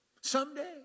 Someday